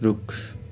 रुख